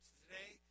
today